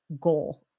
goal